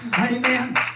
Amen